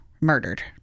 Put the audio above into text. Murdered